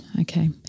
okay